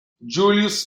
julius